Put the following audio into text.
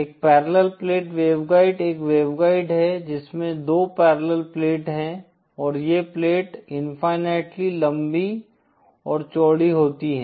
एक parallel plate waveguide एक waveguide है जिसमें दो पैरेलल प्लेट हैं और ये प्लेट इनफाइनाईटली लम्बी और चौड़ी होती हैं